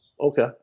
Okay